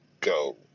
go